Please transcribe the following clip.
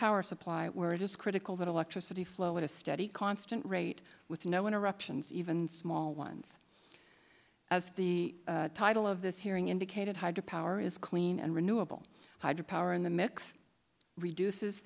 power supply where it is critical that electricity flow to steady constant rate with no interruptions even small ones as the title of this hearing indicated hydro power is clean and renewable hydro power in the mix reduces